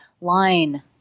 line